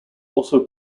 also